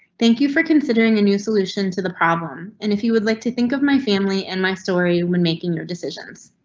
thank you for considering a new solution to the problem and if you would like to think of my family and my story when making your decisions.